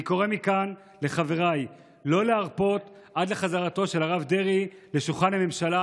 אני קורא מכאן לחבריי לא להרפות עד לחזרתו של הרב דרעי לשולחן הממשלה